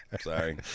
Sorry